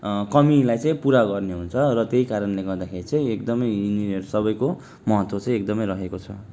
कमीलाई चाहिँ पुरा गर्ने हुन्छ र त्यही कारणले गर्दाखेरि चाहिँ एकदमै यिनीहरू सबैको महत्त्व चाहिँ एकदमै रहेको छ